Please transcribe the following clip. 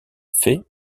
faits